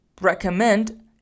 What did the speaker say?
recommend